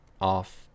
off